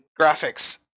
graphics